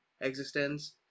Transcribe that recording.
Existence